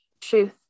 truth